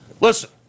Listen